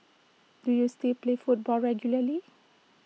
do you still play football regularly